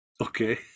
Okay